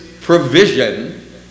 provision